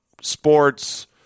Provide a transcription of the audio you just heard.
sports